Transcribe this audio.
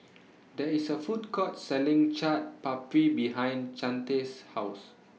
There IS A Food Court Selling Chaat Papri behind Chante's House